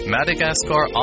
Madagascar